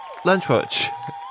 Lunchwatch